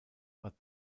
war